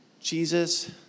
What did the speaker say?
Jesus